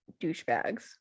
douchebags